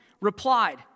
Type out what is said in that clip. replied